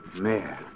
Mayor